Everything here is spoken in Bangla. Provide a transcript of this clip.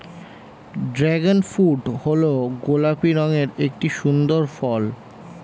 ড্র্যাগন ফ্রুট হল গোলাপি রঙের একটি সুন্দর ফল